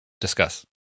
Discuss